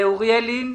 אוריאל לין,